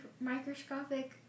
Microscopic